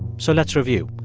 so let's review.